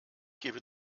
gebe